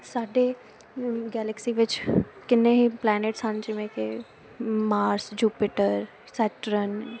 ਸਾਡੇ ਗੈਲਕਸੀ ਵਿੱਚ ਕਿੰਨੇ ਹੀ ਪਲੈਨਟਸ ਹਨ ਜਿਵੇਂ ਕਿ ਮਾਰਸ ਜੁਪਿਟਰ ਸੈਟਰਨ